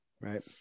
right